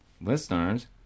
listeners